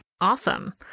awesome